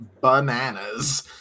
bananas